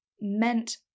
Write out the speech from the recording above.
meant